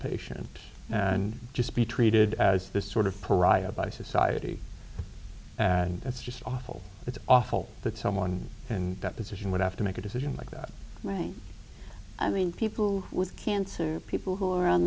patient and just be treated as this sort of pariah by society that's just awful it's awful that someone in that position would have to make a decision like that made i mean people with cancer people who are on